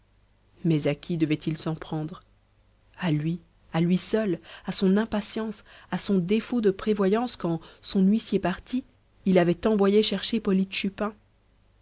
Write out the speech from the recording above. mais à qui devait-il s'en prendre à lui à lui seul à son impatience à son défaut de prévoyance quand son huissier parti il avait envoyé chercher